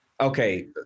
okay